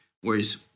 Whereas